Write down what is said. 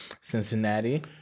Cincinnati